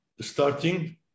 starting